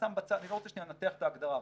אני לא רוצה לנתח את ההגדרה,